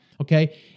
okay